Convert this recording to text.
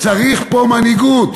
צריך פה מנהיגות.